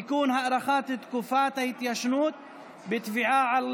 (תיקון, הארכת תקופת ההתיישנות בתביעה של